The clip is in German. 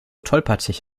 tollpatschig